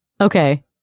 Okay